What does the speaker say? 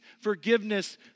forgiveness